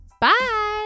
Bye